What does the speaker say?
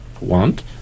want